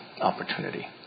opportunity